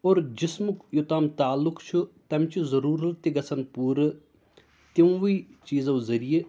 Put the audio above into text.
اور جِسمُک یوٚتام تعلُق چھُ تَمہِ چہِ ضٔروٗرت تہِ گژھن پوٗرٕ تِموٕے چیٖزو ذٔریعہِ